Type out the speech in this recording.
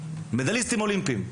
מדליסטים אולימפיים.